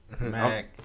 Mac